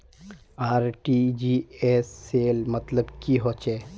RTGS cell मतलब की होचए?